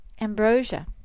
Ambrosia